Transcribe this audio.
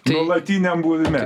nuolatiniam buvime